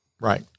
right